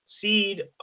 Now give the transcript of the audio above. seed